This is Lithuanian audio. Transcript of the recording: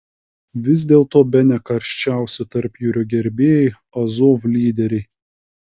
vis dėlto bene karščiausi tarpjūrio gerbėjai azov lyderiai